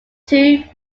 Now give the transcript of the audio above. two